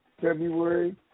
February